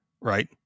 right